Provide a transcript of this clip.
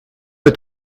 est